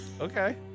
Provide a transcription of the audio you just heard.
Okay